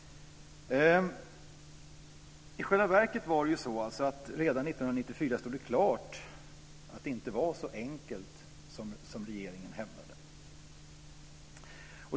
I själva verket stod det redan 1994 klart att det inte var så enkelt som regeringen hävdade att det var.